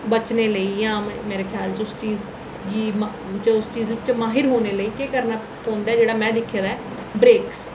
बचने लेई जां मेरे ख्याल च उस चीज गी उस चीज च माहिर होने लेई केह् करना पौंदा जेह्ड़ा में दिक्खे दा ऐ ब्रेक